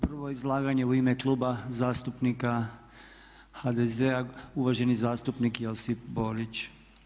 Prvo izlaganje u ime Kluba zastupnika HDZ-a uvaženi zastupnik Josip Borić.